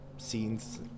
scenes